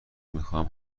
میخواهم